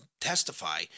testify